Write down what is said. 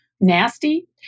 nasty